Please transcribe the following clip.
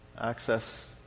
access